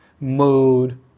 mood